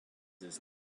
his